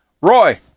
Roy